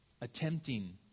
attempting